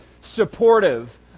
supportive